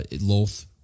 Loth